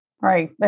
Right